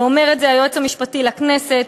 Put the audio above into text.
ואומר את זה היועץ המשפטי לכנסת,